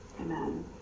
Amen